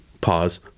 Pause